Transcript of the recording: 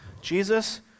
Jesus